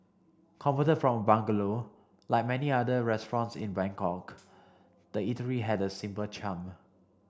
convert from bungalow like many other restaurants in Bangkok the eatery had a simple charm